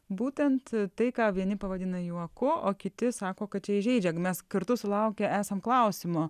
būtent tai ką vieni pavadina juoku o kiti sako kad čia įžeidžia mes kartu sulaukę esam klausimo